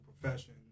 profession